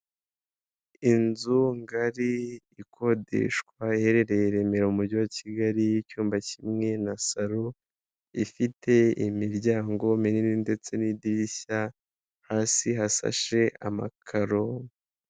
Inzu ngari ikodeshwa iherereye i Remera mu mujyi wa Kigali y'icyumba kimwe na saro, ifite imiryango minini ndetse n'idirishya, hasi hasashe amakaro.